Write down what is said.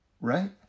Right